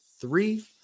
three